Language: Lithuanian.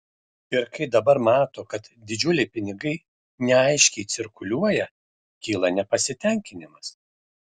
ir kai dabar mato kad didžiuliai pinigai neaiškiai cirkuliuoja kyla nepasitenkinimas